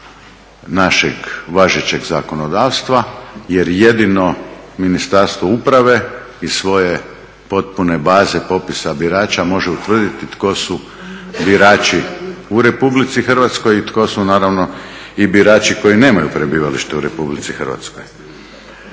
našeg važećeg zakonodavstva jer jedino Ministarstvo uprave iz svoje potpune baze popisa birača može utvrditi tko su birači u RH i tko su naravno i birači koji nemaju prebivalište u RH.